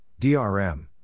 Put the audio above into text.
DRM